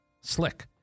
Slick